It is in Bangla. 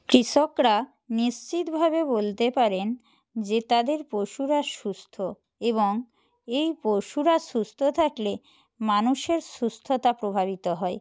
কৃষকরা নিশ্চিতভাবে বলতে পারেন যে তাদের পশুরা সুস্থ এবং এই পশুরা সুস্থ থাকলে মানুষের সুস্থতা প্রভাবিত হয়